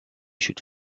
should